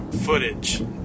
footage